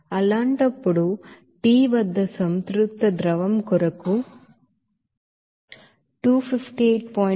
అలాంటప్పుడు T వద్ద saturated fluid కొరకు 258